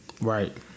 Right